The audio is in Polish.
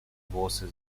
włosy